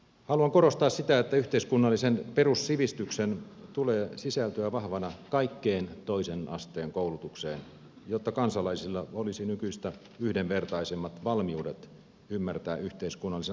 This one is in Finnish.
haluan korostaa sitä että yhteiskunnallisen perussivistyksen tulee sisältyä vahvana kaikkeen toisen asteen koulutukseen jotta kansalaisilla olisi nykyistä yhdenvertaisemmat valmiudet ymmärtää yhteiskunnallisen aktiivisuuden merkitys